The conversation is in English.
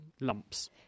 lumps